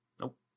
Nope